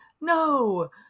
no